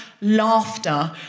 laughter